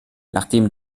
nachdem